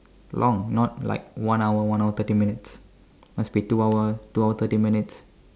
long not like one hour one hour thirty minutes must be two hour two hour thirty minutes